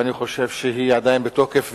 ואני חושב שהיא עדיין בתוקף,